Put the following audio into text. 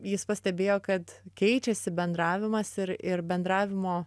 jis pastebėjo kad keičiasi bendravimas ir ir bendravimo